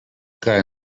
que